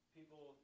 People